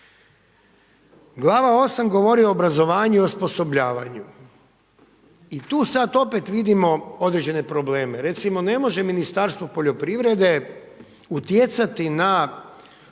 Glava VIII. govori o obrazovanju i osposobljavanju. I tu sada opet vidimo određene probleme. Recimo ne može Ministarstvo poljoprivrede utjecati na